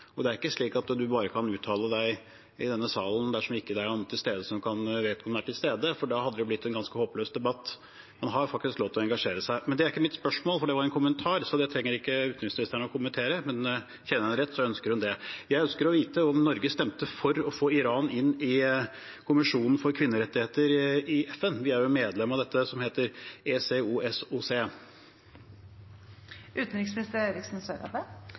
og det er ikke slik at man bare kan uttale seg i denne salen dersom vedkommende er til stede, for da hadde det blitt en ganske håpløs debatt. Man har faktisk lov til å engasjere seg. Men det er ikke mitt spørsmål, for det var en kommentar, så det trenger ikke utenriksministeren å kommentere. Men kjenner jeg henne rett, ønsker hun det. Jeg ønsker å vite om Norge stemte for å få Iran inn i kommisjonen for kvinners rettigheter i FN. Vi er jo medlem av det som heter